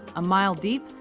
a mile deep,